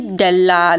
della